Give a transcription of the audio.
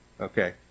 Okay